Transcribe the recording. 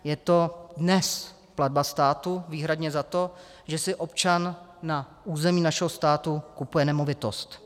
Je to dnes platba státu výhradně za to, že si občan na území našeho státu kupuje nemovitost.